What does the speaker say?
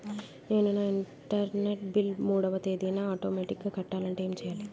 నేను నా internet bill మూడవ తేదీన ఆటోమేటిగ్గా కట్టాలంటే ఏం చేయాలి?